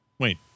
Wait